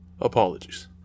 Apologies